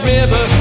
River